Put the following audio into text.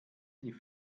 die